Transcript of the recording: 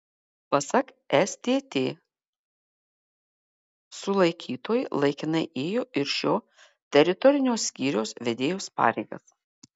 pasak stt sulaikytoji laikinai ėjo ir šio teritorinio skyriaus vedėjos pareigas